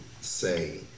say